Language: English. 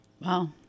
Wow